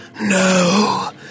no